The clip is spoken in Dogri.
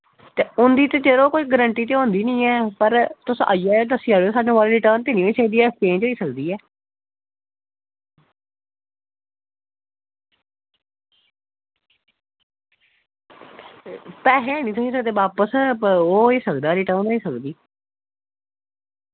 उंदी ते ग्रंटी होंदी नी ऐ पर तुस आई जायो दस्सी जायो स्हानू रिटर्न ते नी होई सकदी ऐ चेंज़ होई सकदी ऐ पैसे नी थ्होई सकदे बापस ओह् होई सकदा ऐ रिटर्न होई सकदा ऐ